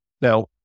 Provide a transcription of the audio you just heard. Now